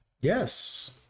Yes